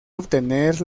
obtener